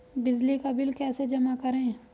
बिजली का बिल कैसे जमा करें?